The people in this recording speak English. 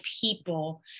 people